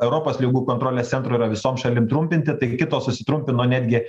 europos ligų kontrolės centro yra visom šalim trumpinti tai kitos susitrumpino netgi